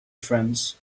friends